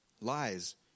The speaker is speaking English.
Lies